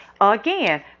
Again